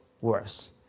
worse